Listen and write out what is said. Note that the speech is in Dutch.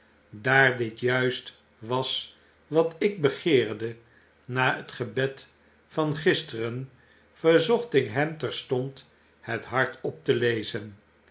daar dit juist was wat ik begeerde na het gebed van gisteren verzocht ik hem terstond het hardop te lezen